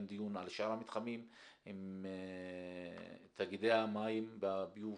דיון על שאר המתחמים עם תאגידי המים והביוב,